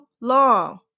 long